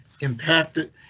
impacted